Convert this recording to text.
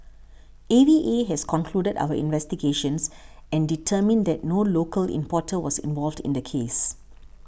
A V A has concluded our investigations and determined that no local importer was involved in the case